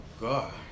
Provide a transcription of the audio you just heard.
God